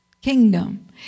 kingdom